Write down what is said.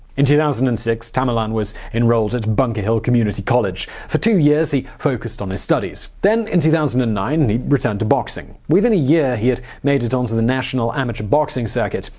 in two thousand and six, tamerlan was enrolled at bunker hill community college. for two years he focused on his studies. then, in two thousand and nine, he returned to boxing. within a year he had made it onto the national amateur boxing circuit.